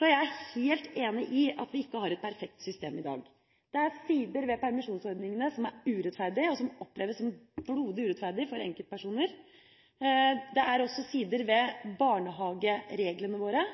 Jeg er helt enig i at vi ikke har et perfekt system i dag. Det er sider ved permisjonsordningene som er urettferdige, og som oppleves som blodig urettferdige for enkeltpersoner. Det er også sider ved barnehagereglene våre